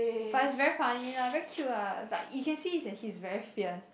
but it's very funny lah very cute ah it's like you can see that he's very fierce